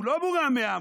שהוא לא מורם מעם,